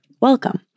Welcome